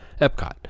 epcot